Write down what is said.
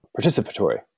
participatory